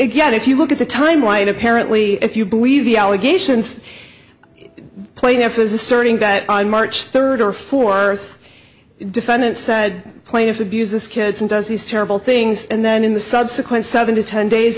get if you look at the timeline apparently if you believe the allegations plaintiff is asserting that on march third or fourth defendant said plaintiff abuse this kids and does these terrible things and then in the subsequent seven to ten days